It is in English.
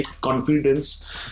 Confidence